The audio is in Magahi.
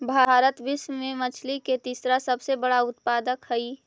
भारत विश्व में मछली के तीसरा सबसे बड़ा उत्पादक हई